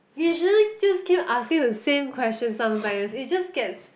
you shouldn't just keep asking the same question sometimes it just gets